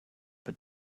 but